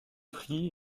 prix